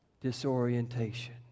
disorientation